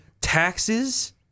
Taxes